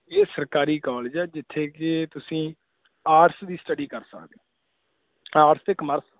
ਇਹ ਸਰਕਾਰੀ ਕੋਲਜ ਹੈ ਜਿੱਥੇ ਕਿ ਤੁਸੀਂ ਆਰਟਸ ਦੀ ਸਟੱਡੀ ਕਰ ਸਕਦੇ ਹੋ ਆਰਟਸ ਅਤੇ ਕਮਰਸ